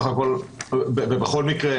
בכל מקרה,